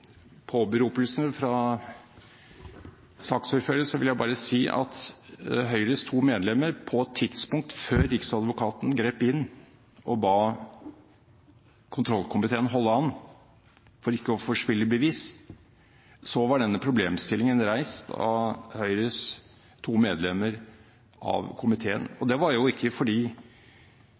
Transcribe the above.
enstemmighetspåberopelsene fra saksordfører vil jeg bare si at på et tidspunkt før riksadvokaten grep inn og ba kontrollkomiteen holde an for ikke å forspille bevis, var denne problemstillingen reist av Høyres to medlemmer i komiteen. Det var ikke fordi